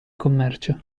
commercio